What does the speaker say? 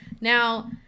Now